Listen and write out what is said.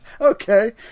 Okay